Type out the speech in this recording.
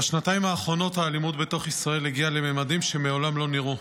בשנתיים האחרונות האלימות בתוך ישראל הגיעה לממדים שמעולם לא נראו.